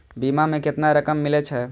बीमा में केतना रकम मिले छै?